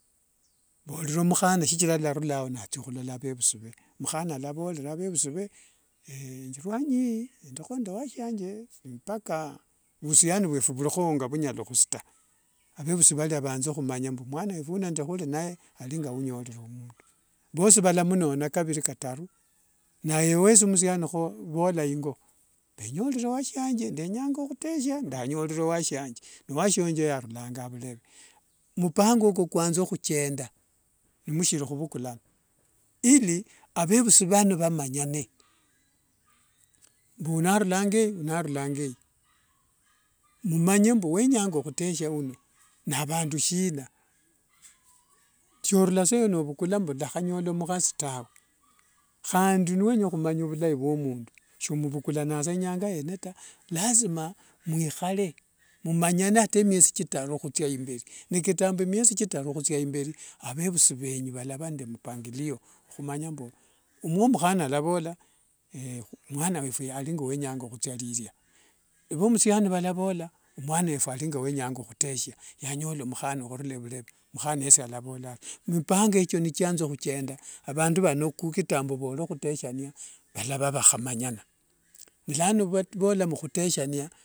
Vorera mukhana shichira alarulao natsia ohulola avevusi ve, mhana alavorera avevusi ve rwanyi eyi endiho nde washiange mpaka vuhusiano vwefu vurihowo nga vunyala ehusuta, avevusi varia vanze humanya mbu omwana wefu nde nihuri ninaye ari ngo ounyorere omundu, vosi valamunona kaviri kataru naye wesi msiani noula engo enyorere washiange nyenyanga ohuteshya ndanyorere washiange, newashiange oyo arulanga avureve, mpango oko kwanze huchenda nimshirihuvukulana ili avevusi vano vamanyane mbu uno arulanga eyi uno arulanga eyi, mumanye mbu wenyanga huteshia uno nevandu shina, shorula sa eyo novukula mbu ndahanyola mukhasi tawe, handi newenya ohumanya ovulayi vwo mundu shimuvukulananga sa enyanga yene ta, lazima mwihale mumanyane ata emiesi kitaru hutsia imberi ni kitambo emiesi kitaru hutsia imberi avevusi venyu valava nde mpangilio ohumanya mbu avomuhana valavola mwana wefu ari nge wenyanga ehutsia erirya, avemusiani valabola omwana wefu ari nge wenyanga ohuteshia yanyola omuhana hurula vureve, omuhana yesi alavola aryo, mipango echo nichianza ohuchenda vandu vano tangu vole huteshania valava vahamanyana, ni lano nivoola muhuteshania…